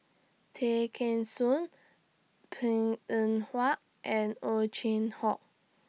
Tay Kheng Soon Png Eng Huat and Ow Chin Hock